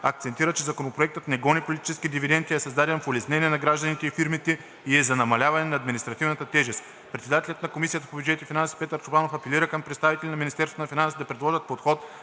акцентира, че Законопроектът не гони политически дивиденти, а е създаден в улеснение на гражданите и фирмите и е за намаляване на административната тежест. Председателят на Комисията по бюджет и финанси Петър Чобанов апелира към представителите на Министерството на финансите да предложат подход